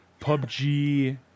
PUBG